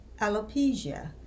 alopecia